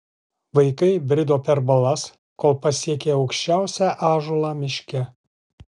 vaikai brido per balas kol pasiekė aukščiausią ąžuolą miške